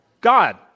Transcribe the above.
God